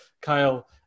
Kyle